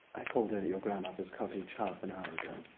i called in at your grandmother's cottage half an hour ago.